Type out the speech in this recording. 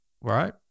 right